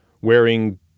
wearing